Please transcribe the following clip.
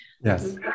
Yes